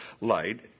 light